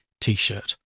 t-shirt